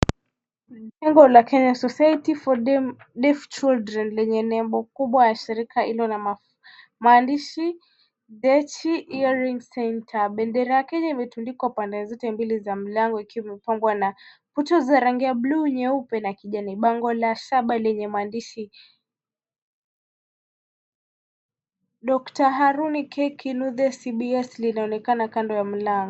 Bango la Kenya Society of Deaf Children lenye nembo kubwa ya shirika lililo na maandishi, Dechi Earing Center . Bendera ya Kenya imetundikwa pande zote mbili za mlango ikiwa imepambwa na kuta za rangi ya bluu, nyeupe na kijani. Bango la shaba lenye maandishi, Dr Haruni K Kinuthia CBS, linaonekana kando ya mlango.